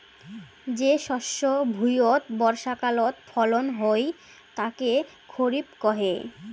যে শস্য ভুঁইয়ত বর্ষাকালত ফলন হই তাকে খরিফ কহে